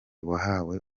wahawe